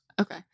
Okay